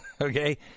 Okay